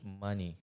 money